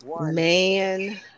Man